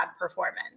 performance